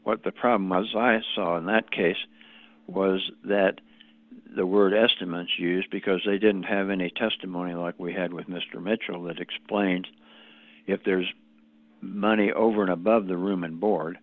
what the problem was i saw in that case was that the word estimate used because they didn't have any testimony like we had with mr mitchell that explained if there's money over and above the room and board